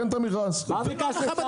הכבוד.